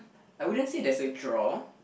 I wouldn't say that's a draw